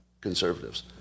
conservatives